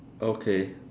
okay